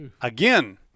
again